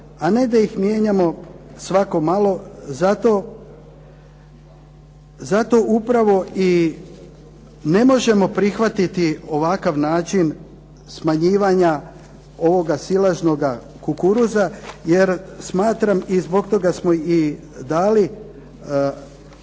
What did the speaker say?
a ne da ih mijenjamo svako malo. Zato upravo i ne možemo prihvatiti ovakav način smanjivanja ovoga silažnjoga kukuruza jer smatram i zbog toga smo i dali